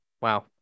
wow